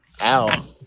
Ow